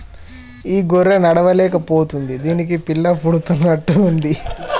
ఈ గొర్రె నడవలేక పోతుంది దీనికి పిల్ల పుడుతున్నట్టు ఉంది